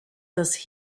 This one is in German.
das